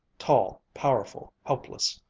tall, powerful, helpless.